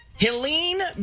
Helene